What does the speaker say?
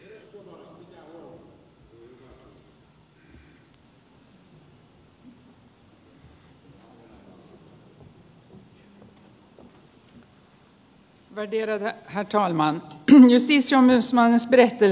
justitieombudsmannens berättelse är en gedigen redogörelse för det gedigna arbete som utförts